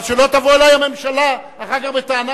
אבל שלא תבוא אלי הממשלה אחר כך בטענה